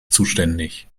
zuständig